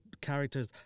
characters